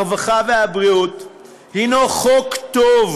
הרווחה והבריאות הנו חוק טוב,